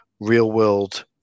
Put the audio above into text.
Real-world